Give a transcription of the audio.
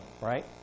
right